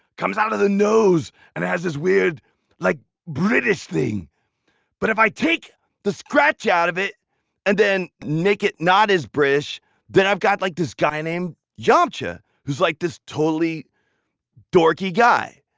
comes out of the nose and has this weird like british thing but if i take the scratch out of it and then make it not as british then i've got like this guy named yamcha who's like this totally dorky guy.